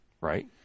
right